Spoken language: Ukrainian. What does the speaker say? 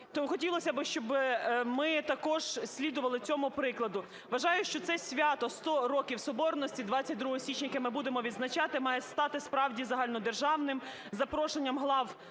хотілося б, щоб ми також слідували цьому прикладу. Вважаю, що це свято – 100 років Соборності 22 січня, яке ми будемо відзначати, має стати справді загальнодержавним із запрошенням глав іноземних